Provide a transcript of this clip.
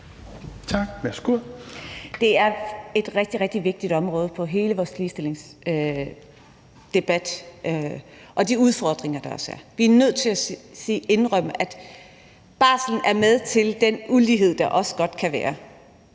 Det er et rigtig, rigtig vigtigt område for hele vores ligestillingsdebat og de udfordringer, der også er. Vi er nødt til at indrømme, at barsel bidrager til den ulighed, der også godt kan være,